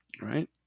right